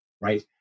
right